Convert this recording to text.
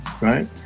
right